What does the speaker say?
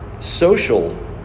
Social